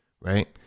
Right